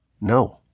No